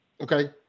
okay